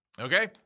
okay